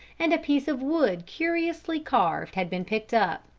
and a piece of wood curiously carved had been picked up.